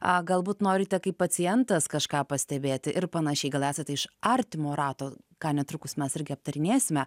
a galbūt norite kaip pacientas kažką pastebėti ir panašiai gal esat iš artimo rato ką netrukus mes irgi aptarinėsime